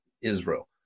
Israel